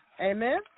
Amen